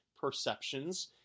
perceptions